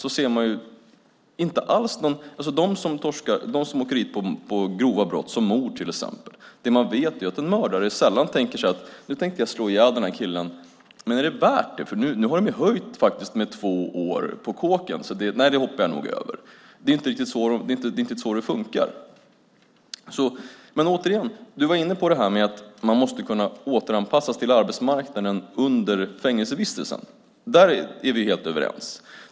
Det man vet är att de som begår grova brott, till exempel mördare, sällan tänker så här: Nu ska jag slå ihjäl den här killen, men är det värt det när de har höjt straffet med två år på kåken? Nej, det hoppar jag nog över. Det är inte riktigt så det fungerar. Du var inne på det här med att man måste kunna återanpassas till arbetsmarknaden under fängelsevistelsen. Där är vi helt överens.